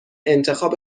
انتخاب